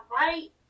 right